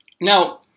Now